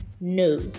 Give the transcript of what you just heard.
no